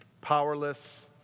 Powerless